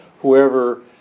whoever